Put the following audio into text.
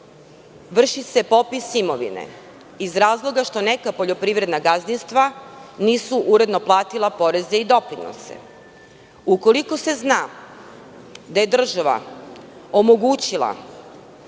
vrši se popis imovine, iz razloga što neka poljoprivredna gazdinstva nisu uredno platila poreze i doprinose. Ukoliko se zna da je država omogućila